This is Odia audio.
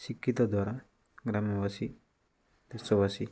ଶିକ୍ଷିତ ଦ୍ୱାରା ଗ୍ରାମବାସୀ ଦେଶବାସୀ